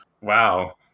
Wow